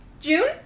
June